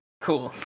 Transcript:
cool